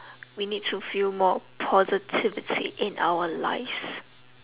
we need to feel more positivity in our lives